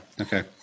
Okay